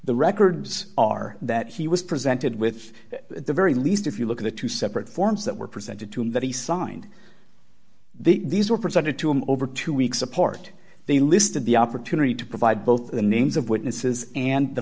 the records are that he was presented with the very least if you look at the two separate forms that were presented to him that he signed these were presented to him over two weeks apart they listed the opportunity to provide both the names of witnesses and the